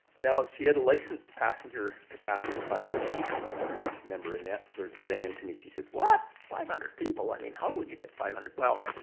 now, she had a licensed passenger capacity of five hundred people. and i um remember annette sort of saying to me she said, what? five hundred people? i mean, how would you get five hundred? well,